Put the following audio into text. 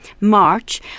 March